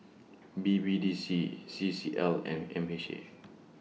B B D C C C L and M H A